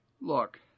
Look